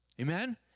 Amen